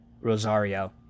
Rosario